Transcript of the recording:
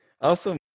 Awesome